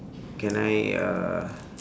can I uh